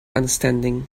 understanding